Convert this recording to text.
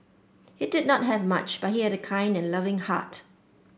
he did not have much but he had a kind and loving heart